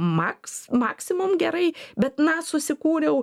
maks maksimum gerai bet na susikūriau